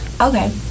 Okay